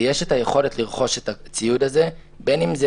ויש את היכולת לרכוש את הציוד הזה בין אם זה